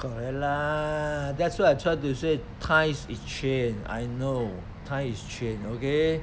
correct lah that's why I try to say times is change I know times is change okay